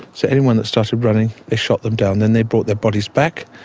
so anyone that started running, they shot them down. then they brought their bodies back,